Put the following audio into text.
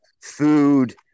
food